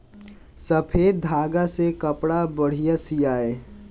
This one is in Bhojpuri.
सफ़ेद धागा से कपड़ा बढ़िया सियाई